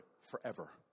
forever